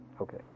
Okay